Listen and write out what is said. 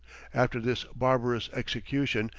after this barbarous execution,